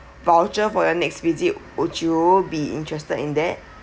voucher for your next visit would you be interested in that